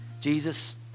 Jesus